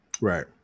Right